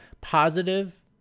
positive